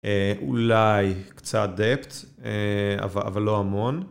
אולי קצת dept, אבל לא המון.